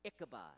Ichabod